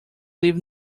leave